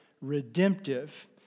redemptive